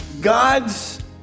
God's